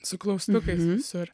su klaustukais visur